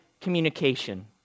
communication